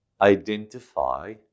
identify